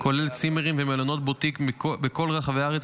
כולל צימרים ומלונות בוטיק בכל רחבי הארץ,